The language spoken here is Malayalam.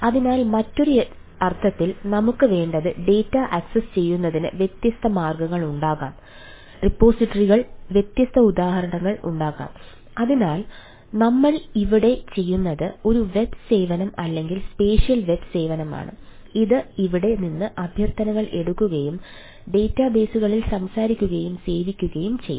അതിനാൽ മറ്റൊരു അർത്ഥത്തിൽ നമുക്ക് വേണ്ടത് ഡാറ്റകളിൽ സംസാരിക്കുകയും സേവിക്കുകയും ചെയ്യാം